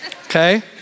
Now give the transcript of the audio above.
Okay